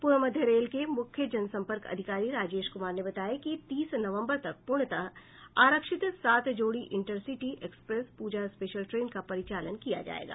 पूर्व मध्य रेल के मुख्य जनसंपर्क अधिकारी राजेश कुमार ने बताया कि तीस नवम्बर तक पूर्णतः आरक्षित सात जोड़ी intercity express Puja special train का परिचालन किया जायेगा